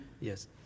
yes